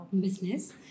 business